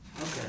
Okay